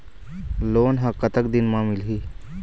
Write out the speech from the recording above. Loan ह कतक दिन मा मिलही?